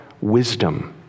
wisdom